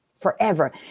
forever